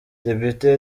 depite